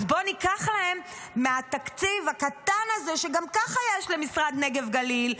אז בוא ניקח להם מהתקציב הקטן הזה שגם ככה יש למשרד הנגב והגליל,